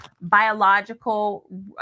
biological